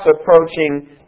approaching